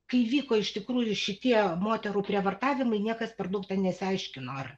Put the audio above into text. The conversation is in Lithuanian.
kai vyko iš tikrųjų šitie moterų prievartavimai niekas per daug ten nesiaiškino ar